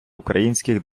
українських